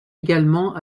également